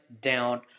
down